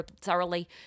thoroughly